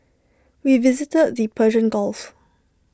we visited the Persian gulf